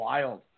Wild